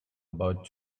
about